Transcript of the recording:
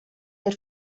der